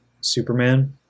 Superman